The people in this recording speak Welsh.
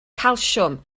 calsiwm